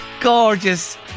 Gorgeous